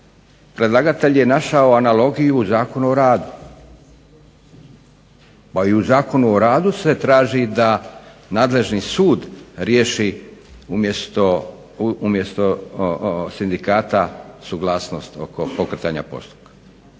predlagatelj je našao analogiju u Zakonu o radu. Pa i u Zakonu o radu se traži da nadležni sud riješi umjesto sindikata suglasnost oko pokretanja postupka.